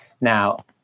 now